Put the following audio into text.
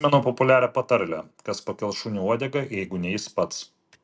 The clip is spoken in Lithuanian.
prisimenu populiarią patarlę kas pakels šuniui uodegą jei ne jis pats